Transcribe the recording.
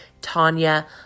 tanya